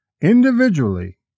individually